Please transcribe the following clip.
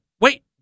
wait